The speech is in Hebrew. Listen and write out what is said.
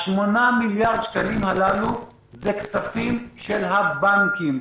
ה-8 מיליארד שקלים הללו הם כספים של הבנקים,